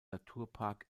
naturpark